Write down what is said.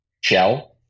shell